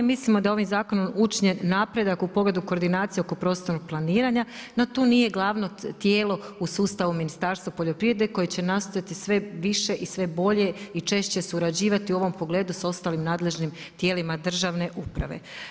Mislimo da je ovim zakonom učinjeno napredak u pogledu koordinacije oko prostornog planiranja, no tu nije glavno tijelo u sustavu Ministarstvo poljoprivrede koje će nastojati sve više i sve bolje i češće surađivati u ovom pogledu sa ostalim nadležnim tijelima državne uprave.